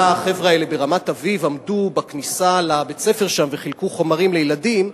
החבר'ה האלה ברמת-אביב עמדו בכניסה לבית-הספר שם וחילקו חומרים לילדים,